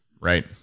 right